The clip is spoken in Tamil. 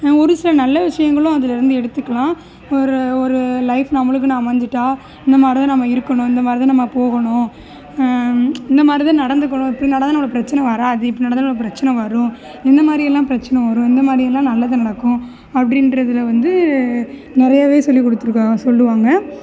ஒரு சில நல்ல விஷயங்களும் அதுலிருந்து எடுத்துக்கலாம் ஒரு ஒரு லைஃப் நம்மளுக்குன்னு அமைஞ்சுட்டா இந்த மாதிரிதான் நம்ம இருக்கணும் இந்த மாதிரிதான் நம்ம போகணும் இந்த மாதிரிதான் நடந்துக்கணும் இப்படி நடந்தால் நம்மளுக்கு பிரச்சனை வராது இப்படி நடந்தால் நமக்கு பிரச்சனை வரும் இந்த மாதிரியெல்லாம் பிரச்சனை வரும் இந்த மாதிரியெல்லாம் நல்லது நடக்கும் அப்படின்றதுல வந்து நிறையவே சொல்லிக் கொடுத்துருக்கா சொல்லுவாங்க